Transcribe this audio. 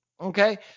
Okay